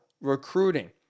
recruiting